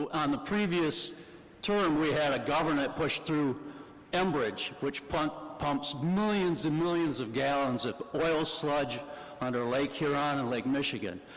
on the previous term, we had a governor that pushed through enbridge, which pumps pumps millions and millions of gallons of oil sludge onto lake huron and lake michigan.